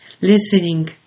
listening